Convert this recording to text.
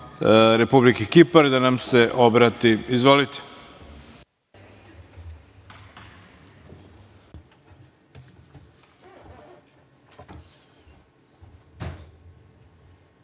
Republike Kipar, da nam se obrati. Izvolite.